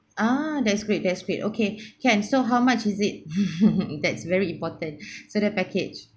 ah that's great that's great okay can so how much is it that's very important so the package